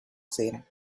sehen